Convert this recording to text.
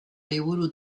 liburu